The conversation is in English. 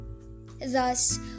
Thus